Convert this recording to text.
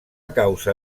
causa